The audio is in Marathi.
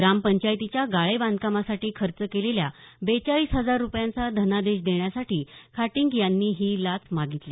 ग्रामपंचायतीच्या गाळे बांधकामासाठी खर्च केलेल्या बेचाळीस हजार रूपयांचा धनादेश देण्यासाठी खाटींग यांनी ही लाच मागितली